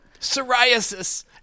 psoriasis